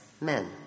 men